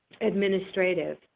Administrative